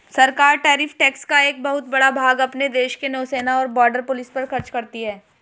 सरकार tariff tax का एक बहुत बड़ा भाग अपने देश के नौसेना और बॉर्डर पुलिस पर खर्च करती हैं